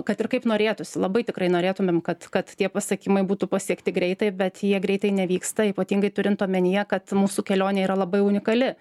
kad ir kaip norėtųsi labai tikrai norėtumėm kad kad tie pasekimai būtų pasiekti greitai bet jie greitai nevyksta ypatingai turint omenyje kad mūsų kelionė yra labai unikali